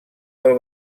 del